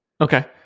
Okay